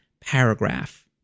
paragraph